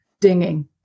dinging